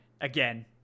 again